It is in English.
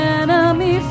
enemy